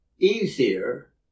easier